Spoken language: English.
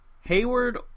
Hayward